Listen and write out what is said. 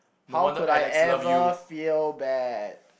how could I ever feel bad